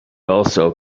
also